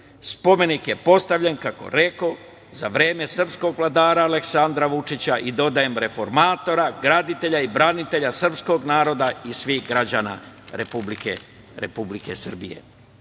Spomenik je postavljen, kako rekoh, za vreme srpskog vladara Aleksandra Vučića i dodajem reformatora, graditelja i branitelja srpskog naroda i svih građana Republike